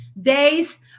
days